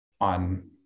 on